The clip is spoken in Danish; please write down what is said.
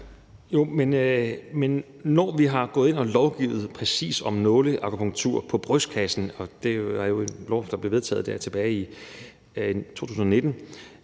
Jo, men når vi gik ind og lovgav præcis om nåleakupunktur på brystkassen – og det var en lov, der blev vedtaget tilbage i 2019